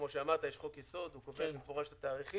כמו שאמרת יש חקו יסוד והוא קובע במפורש את התאריכים.